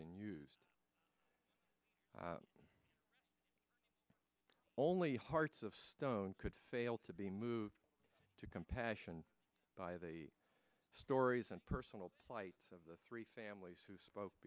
been used only hearts of stone could fail to be moved to compassion by the stories and personal plight of the three families who spoke